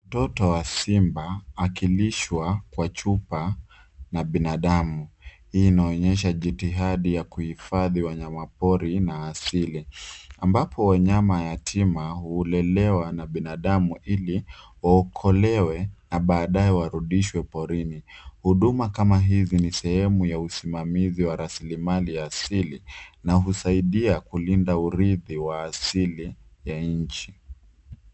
Mtoto wa simba akilishwa kwa chupa na binadamu. Hii inaonyesha jitihadi ya kuhifadhi wanyama pori na asili ambapo wanyama yatima hulelewa na binadamu ili waokolewe na baadaye warudishwe porini. Huduma kama hizi ni sehemu ya usimamizi wa rasilimali asili na husaidia kulinda urithi wa asili ya nchi.